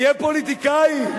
תהיה פוליטיקאי,